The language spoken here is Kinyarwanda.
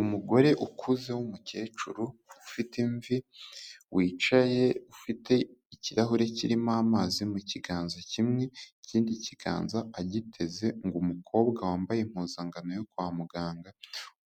Umugore ukuze w'umukecuru ufite imvi wicaye ufite ikirahure kirimo amazi mu kiganza kimwe ikindi kiganza agiteze ngo umukobwa wambaye impuzankano yo kwa muganga